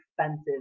expensive